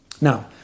Now